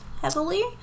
heavily